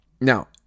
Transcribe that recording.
now